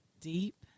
deep